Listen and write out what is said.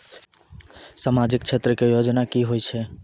समाजिक क्षेत्र के योजना की होय छै?